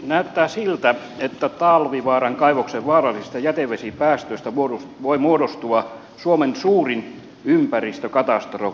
näyttää siltä että talvivaaran kaivoksen vaarallisista jätevesipäästöistä voi muodostua suomen suurin ympäristökatastrofi kautta aikojen